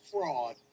fraud